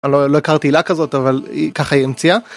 ‫לא הכרתי לה כזאת, ‫אבל ככה היא המציאה.